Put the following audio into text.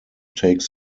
take